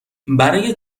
برای